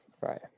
Right